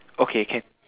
okay can